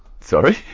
Sorry